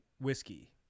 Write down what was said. whiskey